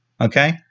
Okay